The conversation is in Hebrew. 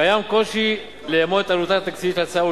קיים קושי לאמוד את עלותה התקציבית של ההצעה,